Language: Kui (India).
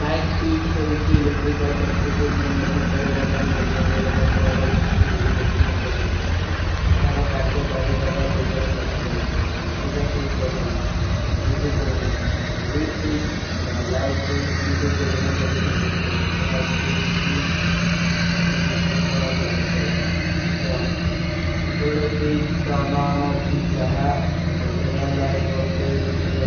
Light switch ହୈ ଉଚୀ, electrical ଶକ୍ତି କୋ ନିଯଂଟରନ କରେବା ପାଏଂ, ଵେବ୍ବା ହୋତେ ହୈ। କା ସରଲା, କିଂଟୁ ଗୁରୁତ୍ତ ପରନା ପାକରନା। ଯହାରା କାର୍ଜା କାରେଦାରା ଵେବ୍ବରନେ ଇଠାର ହୈ। ଇଲେକ୍ଟ୍ରିକଲ ଶକ୍ତି କୋ ନିଯଂଟରନ କରେବା ପାଏଂ, ଵେବ୍ବା ହୋତେ ହୈ କା ସରଲା, କିଂଟୁ ଗୁରୁତ୍ତ ପରନା ପାଏଂ, ଵେବ୍ବା ହୋତେ ହୈ କା ସରଲା। କିଂଟୁ ଗୁରୁତ୍ତ ପରନା ପାଏଂ, ଵେବ୍ବା ହୋତେ ହୈ କା ସରଲା, କିଂଟୁ ଗୁରୁତ୍ତ ପରନା ପାଏଂ, ଵେବ୍ବା ହୋତେ ହୈ କା ସରଲା। କିଂଟ ସିକ୍ଷଣ ଆଗର ଵୋ ଅଧିଗୀ ଡିଯୋର୍ର ମେଂ ହୈ, ତୋ ଜୀଵନ